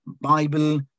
Bible